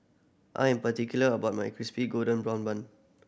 I am particular about my Crispy Golden Brown Bun